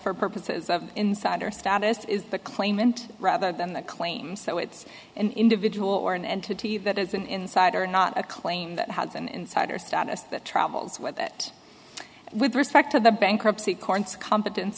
for purposes of insider status is the claimant rather than the claims so it's an individual or an entity that is an insider not a claim that has an insider status that travels with that with respect to the bankruptcy courts competence